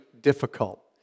difficult